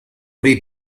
may